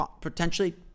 potentially